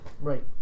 Right